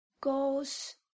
goes